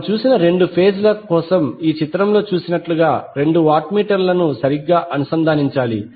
మనం చూసిన రెండు ఫేజ్ ల కోసం ఈ చిత్రంలో చూసినట్లుగా రెండు వాట్ మీటర్లను సరిగ్గా అనుసంధానించాలి